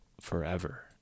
forever